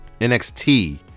NXT